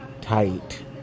Tight